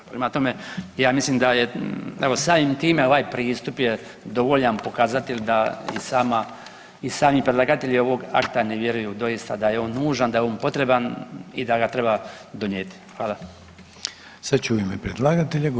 Prema tome, ja mislim da je evo samim time ovaj pristup je dovoljan pokazatelj da i sama i sami predlagatelji ovog akta ne vjeruju doista da je on nužan, da je on potreban i da ga treba donijeti.